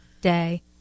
day